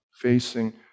facing